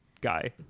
guy